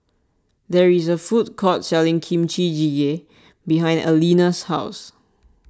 there is a food court selling Kimchi Jjigae behind Aleena's house